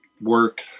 Work